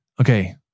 okay